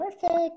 Perfect